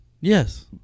Yes